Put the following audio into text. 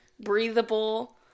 breathable